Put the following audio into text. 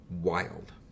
wild